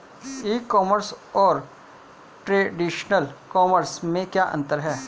ई commerce और traditional commerce में क्या अंतर है?